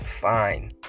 Fine